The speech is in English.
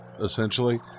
essentially